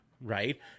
right